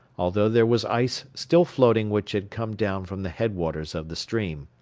although there was ice still floating which had come down from the head-waters of the stream.